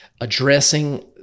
addressing